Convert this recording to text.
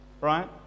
right